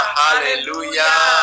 hallelujah